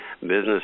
business